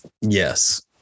Yes